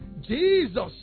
Jesus